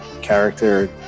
character